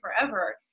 forever